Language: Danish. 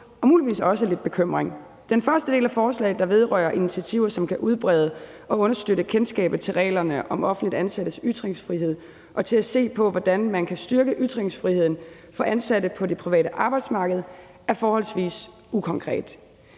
og muligvis også lidt bekymring. Den første del af forslaget, der vedrører initiativer, som kan udbrede og understøtte kendskabet til reglerne om offentligt ansattes ytringsfrihed, og hvordan man kan styrke ytringsfriheden for ansatte på det private arbejdsmarked, er forholdsvis ukonkret.